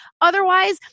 otherwise